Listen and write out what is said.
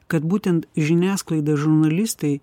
kad būtent žiniasklaida žurnalistai